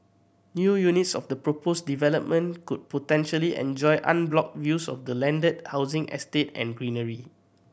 new units of the proposed development could potentially enjoy unblocked views of the landed housing estate and greenery